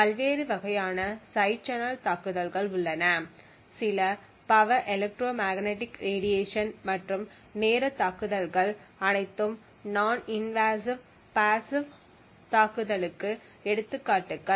பல்வேறு வகையான side channel தாக்குதல்கள் உள்ளன சில பவர் எலெக்ட்ரோமேக்னெட்டிக் ரேடியேஷன் மற்றும் நேர தாக்குதல்கள் அனைத்தும் நான் இன்வாஸிவ் பாஸிவ் தாக்குதல்களுக்கு எடுத்துக்காட்டுகள்